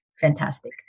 fantastic